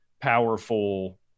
powerful